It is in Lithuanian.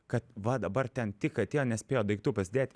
kad va dabar ten tik atėjo nespėjo daiktų pasidėt